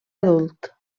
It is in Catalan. adult